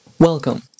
Welcome